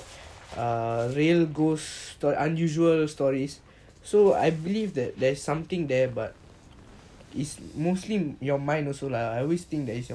err real ghosts stories unusual stories so I believe that there's something there but mostly I think is your mind also lah I always think that is your mind and all that lah